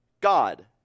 God